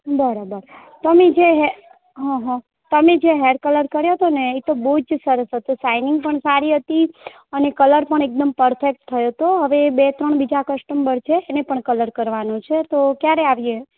બરાબર તમે જે હે હં હં તમે જે હેર કલર કર્યો હતો ને એ તો બહુ સરસ હતો શાઈનિંગ પણ સારી હતી અને કલર પણ એકદમ પરફેક્ટ થયો હતો હવે બે ત્રણ બીજા કસ્ટમબર છે એનો પણ કલર કરવાનો છે તો ક્યારે આવીએ